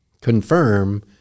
confirm